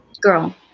Girl